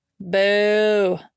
Boo